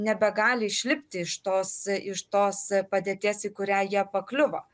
nebegali išlipti iš tos iš tos padėties į kurią jie pakliuvo